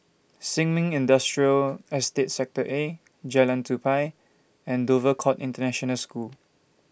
Sin Ming Industrial Estate Sector A Jalan Tupai and Dover Court International School